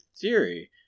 theory